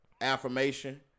Affirmation